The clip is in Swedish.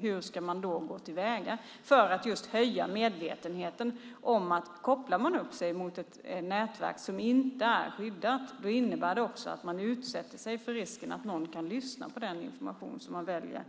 Det har man gjort för att öka medvetenheten om att om man kopplar upp sig mot ett nätverk som inte är skyddat innebär det att man utsätter sig för risken att någon kan lyssna på den information som man väljer